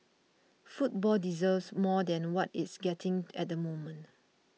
football deserves more than what it's getting at the moment